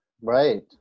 right